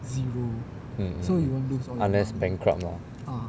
mm unless bankrupt lah